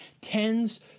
tends